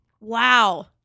Wow